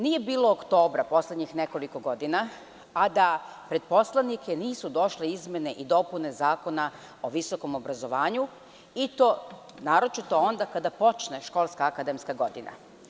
Nije bilo oktobra poslednjih nekoliko godina, a da pred poslanike nisu došle izmene i dopune Zakona o visokom obrazovanju, i to naročito onda kada počne školska akademska godina.